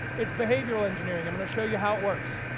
its behavioural engineering. i'm going to show you how it works.